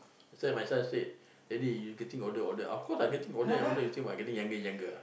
so my son said daddy you getting older older of course I getting older older you think I getting younger younger ah